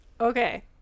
Okay